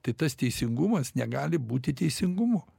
tai tas teisingumas negali būti teisingumu